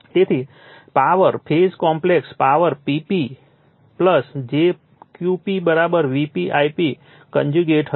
તેથી per phase complex power P p jQ p Vp I p conjugate હશે